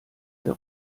der